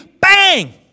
bang